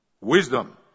wisdom